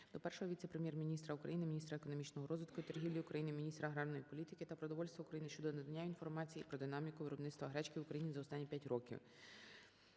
до Першого віце-прем'єр-міністра України - Міністра економічного розвитку і торгівлі України, Міністра аграрної політики та продовольства України щодо надання інформації про динаміку виробництва гречки в Україні за останні 5 років.